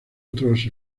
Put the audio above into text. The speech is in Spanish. otros